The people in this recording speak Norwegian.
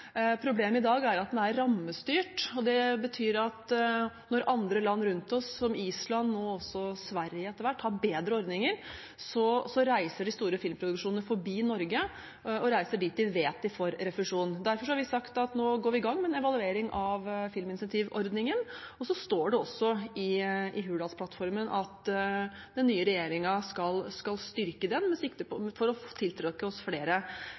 Problemet i dag er at den er rammestyrt, og det betyr at når andre land rundt oss, som Island og etter hvert også Sverige, har bedre ordninger, reiser de store filmproduksjonene forbi Norge og dit de vet de får refusjon. Derfor har vi sagt at vi nå går i gang med en evaluering av filminsentivordningen. Det står også i Hurdalsplattformen at den nye regjeringen skal styrke den for å tiltrekke oss flere